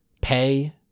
pay